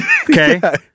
Okay